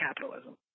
capitalism